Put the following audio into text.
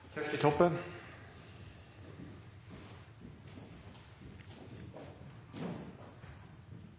Kjersti Toppe